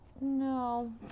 No